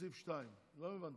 וסעיף 2. לא הבנתי,